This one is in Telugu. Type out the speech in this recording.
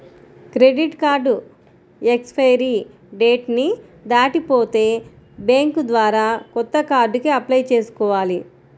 క్రెడిట్ కార్డు ఎక్స్పైరీ డేట్ ని దాటిపోతే బ్యేంకు ద్వారా కొత్త కార్డుకి అప్లై చేసుకోవాలి